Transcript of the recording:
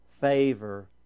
favor